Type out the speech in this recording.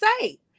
say